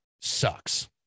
sucks